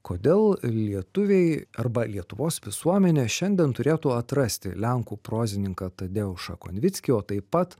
kodėl lietuviai arba lietuvos visuomenė šiandien turėtų atrasti lenkų prozininką tadeušą konvickį o taip pat